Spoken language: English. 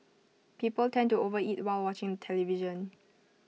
people tend to overeat while watching television